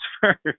first